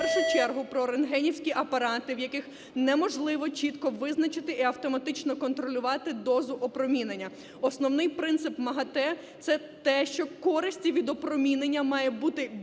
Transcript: в першу чергу про рентгенівські апарати, в яких неможливо чітко визначити і автоматично контролювати дозу опромінення. Основний принцип МАГАТЕ – це те, що користі від опромінення має бути більше,